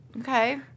Okay